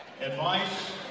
Advice